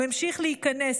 הוא המשיך להיכנס.